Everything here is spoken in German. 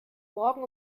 morgen